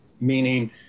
meaning